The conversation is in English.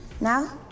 Now